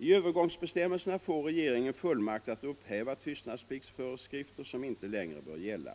I övergångsbestämmelserna får regeringen fullmakt att upphäva tystnadspliktsföreskrifter som inte längre bör gälla.